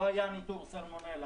לא היה ניטור סלמונלה.